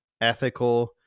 ethical